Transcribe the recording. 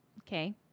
Okay